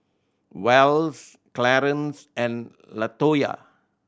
Wells Clarance and Latoyia